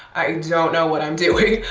i don't know what i'm doing.